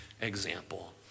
example